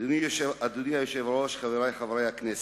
אדוני היושב-ראש, חברי חברי הכנסת,